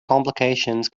complications